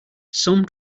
some